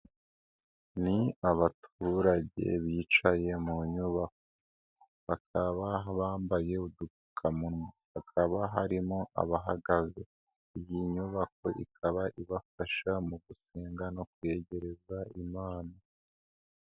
Ni abaturage bicaye mu nyubako, bakaba bambaye udupfukamunwa, hakaba harimo abahagaze, iyi nyubako ikaba ibafasha mu gusenga no kweyigereza Imana.